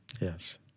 Yes